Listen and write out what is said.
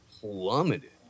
plummeted